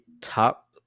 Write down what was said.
top